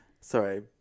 Sorry